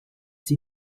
sie